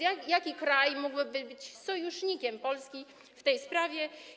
Jaki kraj mógłby być sojusznikiem Polski w tej sprawie?